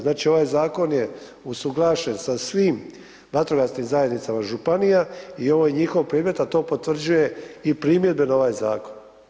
Znači ovaj zakon je usuglašen sa svim vatrogasnim zajednicama županija i ovo je njihov predmet a to potvrđuje i primjedbe na ovaj zakon.